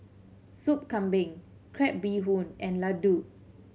Sup Kambing crab bee hoon and laddu